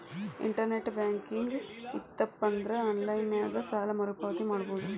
internet banking ಇತ್ತಪಂದ್ರಾ online ನ್ಯಾಗ ಸಾಲ ಮರುಪಾವತಿ ಮಾಡಬೋದು